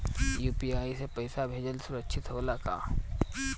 UPI से पैसा भेजल सुरक्षित होला का?